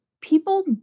people